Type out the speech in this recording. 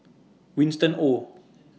Winston Oh